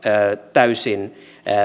täysin